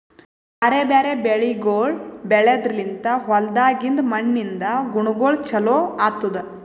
ಬ್ಯಾರೆ ಬ್ಯಾರೆ ಬೆಳಿಗೊಳ್ ಬೆಳೆದ್ರ ಲಿಂತ್ ಹೊಲ್ದಾಗಿಂದ್ ಮಣ್ಣಿನಿಂದ ಗುಣಗೊಳ್ ಚೊಲೋ ಆತ್ತುದ್